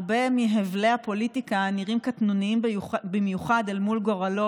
הרבה מהבלי הפוליטיקה נראים קטנוניים במיוחד אל מול גורלו